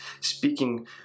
speaking